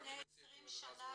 זה לפני 20 שנה,